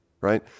Right